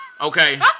Okay